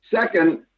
Second